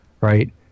right